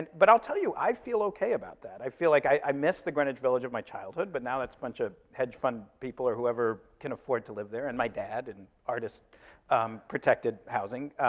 but i'll tell you, i feel okay about that. i feel like i miss the greenwich village of my childhood, but now that's a bunch of hedgefund people, or whoever can afford to live there, and my dad, in artist protected housing,